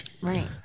Right